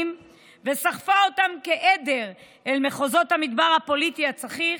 וסחפה אותם כעדר אל מחוזות המדבר הפוליטי הצחיח,